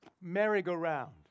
merry-go-round